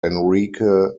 enrique